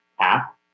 app